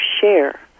share